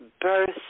birth